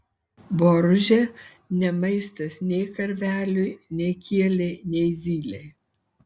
boružė ne maistas nei karveliui nei kielei nei zylei